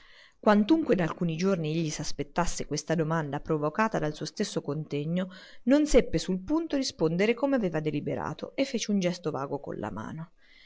quantunque da alcuni giorni egli s'aspettasse questa domanda provocata dal suo stesso contegno non seppe sul punto rispondere come aveva deliberato e fece un gesto vago con la mano